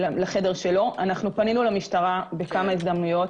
פנינו למשטרה בכמה הזדמנויות.